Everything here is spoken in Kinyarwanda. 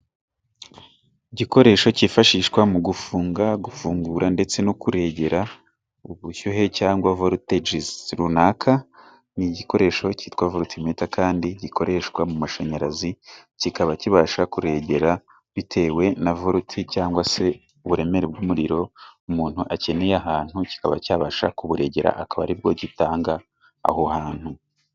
Igikoresho kifashishwa mu gufunga, gufungura ndetse no kuregera ubushyuhe cyangwa voruteje runaka, ni igikoresho kitwa vorutimeta kandi gikoreshwa mu mashanyarazi kikaba kibasha kuregera bitewe na voruteje cyangwa se uburemere bw'umuriro umuntu acyeneye ahantu kikaba cyabasha kuburegera hakaba ari bwo gitanga aho hantu.